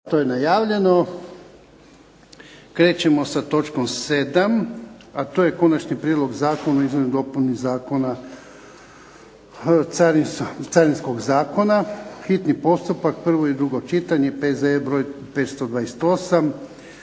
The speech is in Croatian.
što je najavljeno krećemo sa točkom 7. a to je - Konačni prijedlog zakona o izmjeni i dopuni Carinskog zakona, hitni postupak, prvo i drugo čitanje, P.Z.E: broj 528